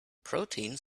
proteins